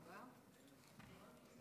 אוריאל בוסו,